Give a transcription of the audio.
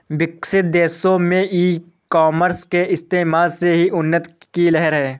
विकसित देशों में ई कॉमर्स के इस्तेमाल से ही उन्नति की लहर है